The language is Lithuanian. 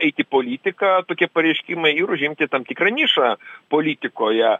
eit į politiką tokie pareiškimai ir užimti tam tikrą nišą politikoje